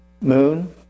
Moon